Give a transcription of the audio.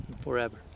forever